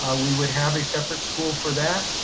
ah we would have a separate school for that.